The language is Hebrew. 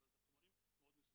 אבל אלה חומרים מאוד מסוכנים.